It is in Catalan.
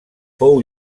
fou